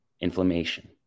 inflammation